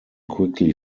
quickly